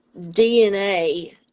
DNA